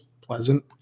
pleasant